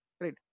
right